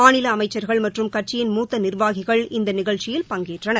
மாநில அமைச்சர்கள் மற்றும் கட்சியின் மூத்த நிர்வாகிகள் இந்த நிகழ்ச்சியில் பங்கேற்றனர்